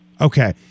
Okay